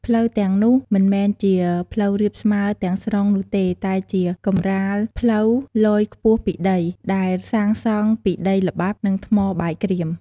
ផ្លូវទាំងនោះមិនមែនជាផ្លូវរាបស្មើទាំងស្រុងនោះទេ តែជា កម្រាលផ្លូវលយខ្ពស់ពីដី ដែលសាងសង់ពីដីល្បាប់ និងថ្មបាយក្រៀម។